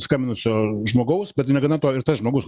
skambinusio žmogaus bet negana to ir tas žmogus